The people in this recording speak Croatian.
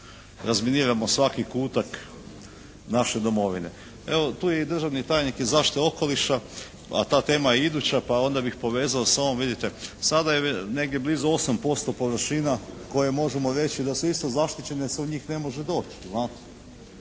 razminirano svaki kutak naše domovine. Evo tu je i državni tajnik iz zaštite okoliša, a ta tema je iduća pa onda bih povezao sa ovom. Vidite, sada je negdje blizu 8% površina koje možemo reći da su isto zaštićene jer se do njih ne može doći,